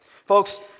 Folks